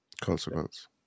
Consequence